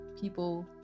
people